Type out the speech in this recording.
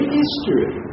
history